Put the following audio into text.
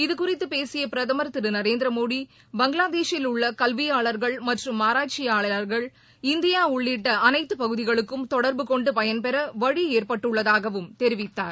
இதுகுறித்து பேசிய பிரதமர் திரு நரேந்திரமோடி பங்களாதேஷில் உள்ள கல்வியாளர்கள் மற்றும் ஆராய்ச்சியாளர்கள் இந்தியா உள்ளிட்ட அனைத்து பகுதிகளுக்கும் தொடர்பு கொண்டு பயன்பெற வழி ஏற்பட்டுள்ளதாகவும் தெரிவித்தார்